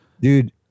dude